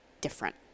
different